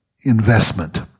investment